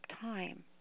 time